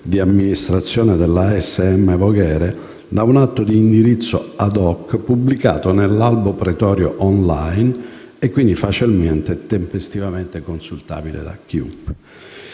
di amministrazione della ASM Voghera da un atto di indirizzo *ad hoc*, pubblicato all'albo pretorio *online* e quindi facilmente e tempestivamente consultabile da